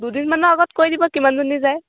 দুদিনমানৰ আগত কৈ দিব কিমানজনী যায়